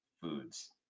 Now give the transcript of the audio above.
foods